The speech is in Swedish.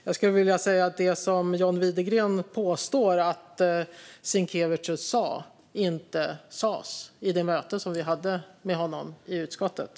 Jag skulle vilja säga att det som John Widegren påstår att Sinkevicius sa inte sas vid det möte som vi hade med honom i utskottet.